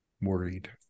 worried